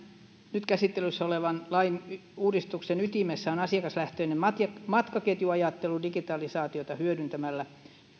nyt käsittelyssä olevan lain uudistuksen ytimessähän on asiakaslähtöinen matkaketjuajattelu digitalisaatiota hyödyntämällä